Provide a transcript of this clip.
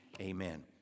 amen